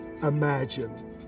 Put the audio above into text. imagine